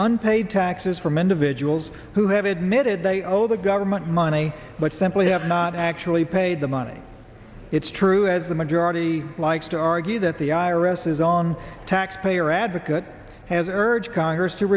unpaid taxes from individuals who have admitted they owe the government money but simply have not actually paid the money it's true as the majority likes to argue that the i r s is on taxpayer advocate has urged congress to